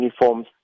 uniforms